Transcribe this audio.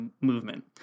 movement